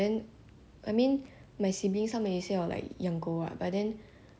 my 姐姐 she got asthma then she cannot my family asthmatic [one]